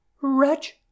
wretch